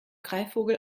greifvogel